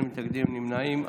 אין מתנגדים ואין נמנעים.